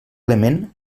element